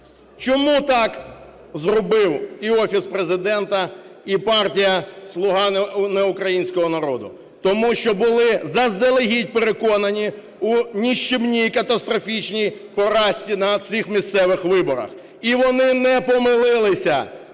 Чому так зробив і Офіс Президента, і партія "Слуга (не українського) народу"? Тому що були заздалегідь переконані у нищівній катастрофічній поразці на цих місцевих виборах. І вони не помилилися.